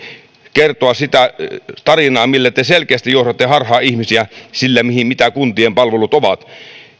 kertoa sitä tarinaa millä te selkeästi johdatte harhaan ihmisiä että mitä kuntien palvelut ovat